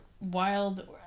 Wild